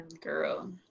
Girl